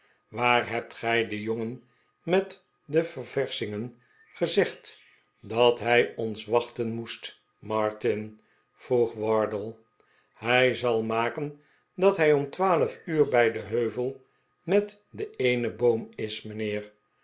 waar hebt gij den jongen met de ververschingen gezegd dat hij ons wachten moest martin vroeg war die hij zal maken dat hij om twaalf uur bij den heuvel met den eenen boom is mijnheer